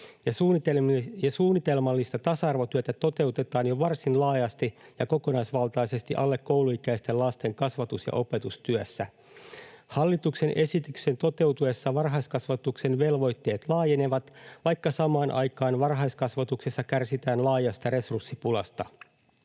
suunnitelmallista tasa-arvotyötä toteutetaan jo varsin laajasti ja kokonaisvaltaisesti alle kouluikäisten lasten kasvatus- ja opetustyössä. Hallituksen esityksen toteutuessa varhaiskasvatuksen velvoitteet laajenevat, vaikka samaan aikaan varhaiskasvatuksessa kärsitään laajasta resurssipulasta.